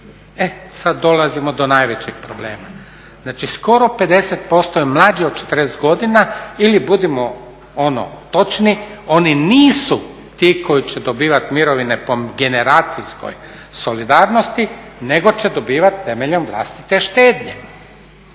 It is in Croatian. E sada dolazimo do najvećeg problema. Znači skoro 50% je mlađe od 40 godina ili budimo ono, točni, oni nisu ti koji će dobivati mirovine po generacijskoj solidarnosti, nego će dobivati temeljem vlastite štednje.